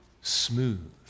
smooth